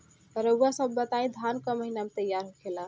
रउआ सभ बताई धान क महीना में तैयार होखेला?